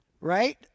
Right